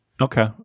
Okay